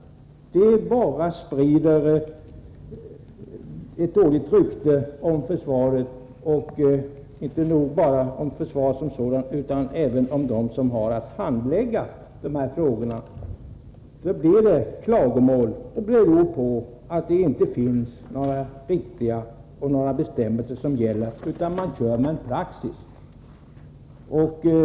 Situationen nu sprider ett dåligt rykte om försvaret och inte bara om det, utan även om dem som har att handlägga de här frågorna. Det blir klagomål, och det beror på att det inte finns några riktiga bestämmelser utan man kör med praxis.